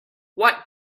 what